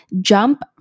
jump